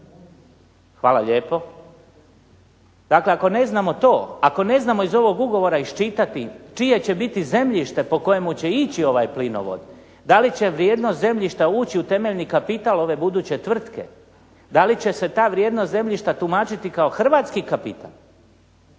Hvala lijepo. Dakle ako ne znamo to, ako ne znamo iz ovog ugovora iščitati čije će biti zemljište po kojemu će ići ovaj plinovod, da li će vrijednost zemljišta ući u temeljni kapital ove buduće tvrtke, da li će se ta vrijednost zemljišta tumačiti kao hrvatski kapital,